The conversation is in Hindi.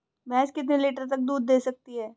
भैंस कितने लीटर तक दूध दे सकती है?